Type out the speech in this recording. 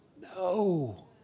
No